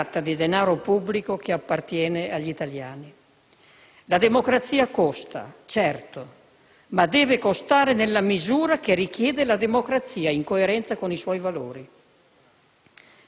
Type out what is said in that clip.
Si tratta di denaro pubblico che appartiene agli italiani. La democrazia costa, certo, ma deve costare nella misura che richiede la democrazia stessa, in coerenza con i suoi valori.